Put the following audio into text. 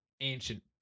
ancient